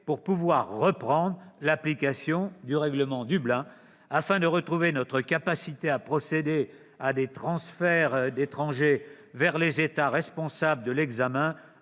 pour reprendre l'application du règlement Dublin, afin de retrouver notre capacité à procéder à des transferts d'étrangers vers les États responsables de l'examen